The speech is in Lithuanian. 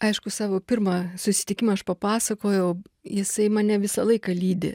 aišku savo pirmą susitikimą aš papasakojau jisai mane visą laiką lydi